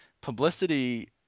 publicity